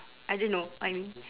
I don't know I mean